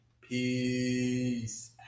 Peace